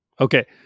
Okay